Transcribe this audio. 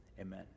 amen